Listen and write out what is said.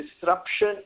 disruption